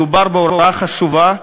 מדובר בהוראה חשובה,